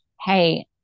Hey